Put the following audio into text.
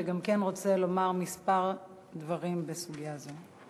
שגם כן רוצה לומר כמה דברים בסוגיה זו.